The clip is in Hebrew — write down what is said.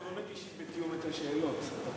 שאלות.